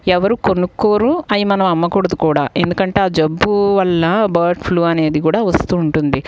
ఎవరు కొనుక్కోరు అవి మనం అమ్మకూడదు కూడా ఎందుకంటే ఆ జబ్బు వల్ల బర్డ్ ఫ్లూ అనేది వస్తూ ఉంటుంది